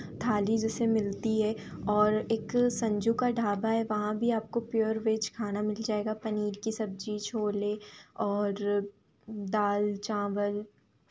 थाली जैसे मिलती है और एक संजू का ढाबा है वहाँ भी आपको प्योर वेज खाना मिल जाएगा पनीर की सब्ज़ी छोले और दाल चावल